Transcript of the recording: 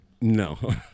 No